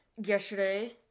Yesterday